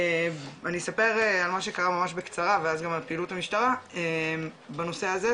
אני אספר על מה שקרה ממש בקצרה ואז על פעילות המשטרה בנושא הזה,